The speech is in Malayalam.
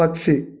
പക്ഷി